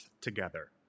together